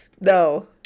No